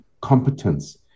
competence